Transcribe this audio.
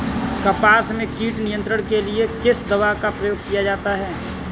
कपास में कीट नियंत्रण के लिए किस दवा का प्रयोग किया जाता है?